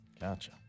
Gotcha